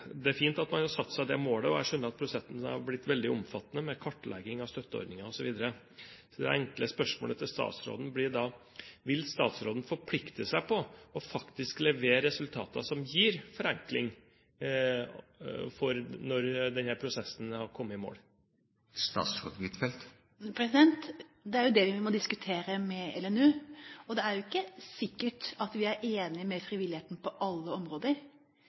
Det er fint at man har satt seg det målet, og jeg skjønner at prosessen har blitt veldig omfattende, med kartlegging av støtteordninger osv. Det enkle spørsmålet blir da: Vil statsråden forplikte seg på, og faktiske levere, resultater som gir forenkling når denne prosessen har kommet i mål? Det er jo det vi må diskutere med LNU. Det er ikke sikkert at vi er enige med frivilligheten på alle områder.